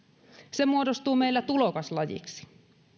se muodostuu meillä tulokaslajiksi